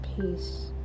peace